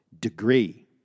degree